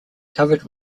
covered